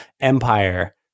empire